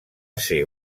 ser